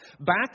back